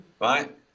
right